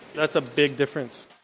that's a big difference.